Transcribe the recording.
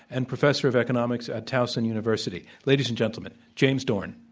and professor of economics at towson university. ladies and gentlemen, james dorn.